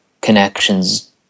connections